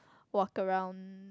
walk around